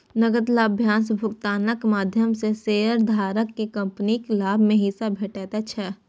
नकद लाभांश भुगतानक माध्यम सं शेयरधारक कें कंपनीक लाभ मे हिस्सा भेटै छै